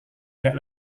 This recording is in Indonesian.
tidak